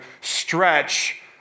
stretch